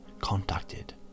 contacted